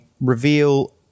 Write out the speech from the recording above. reveal